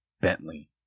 Bentley